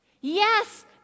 Yes